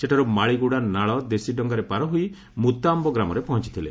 ସେଠାରୁ ମାଳିଗୁଡ଼ା ନାଳ ଦେଶୀ ଡଙ୍ଗାରେ ପାର ହୋଇ ମୁତାଆୟ ଗ୍ରାମରେ ପହଞ୍ଚଥିଲେ